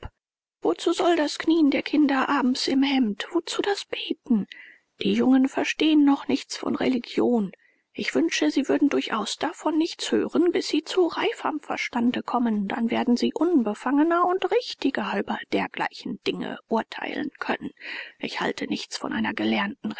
wozu soll das knien der kinder abends im hemd wozu das beten die jungen verstehen noch nichts von religion ich wünsche sie würden durchaus davon nichts hören bis sie zu reiferm verstande kommen dann werden sie unbefangener und richtiger über dergleichen dinge urteilen können ich halte nichts von einer gelernten